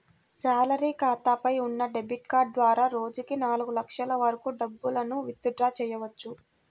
salary ఖాతాపై ఉన్న debit card ద్వారా రోజుకి నాలుగు లక్షల వరకు డబ్బులను విత్ డ్రా చెయ్యవచ్చు